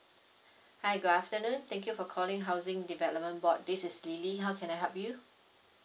hi good afternoon thank you for calling housing development board this is lily how can I help you